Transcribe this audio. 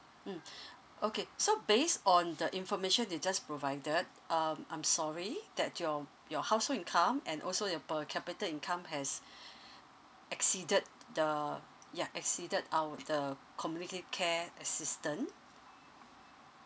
mm okay so based on the information you just provided um I'm sorry that your your household income and also your per capita income has exceeded the ya exceeded our the community care assistance